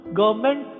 government